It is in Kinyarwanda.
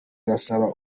arasaba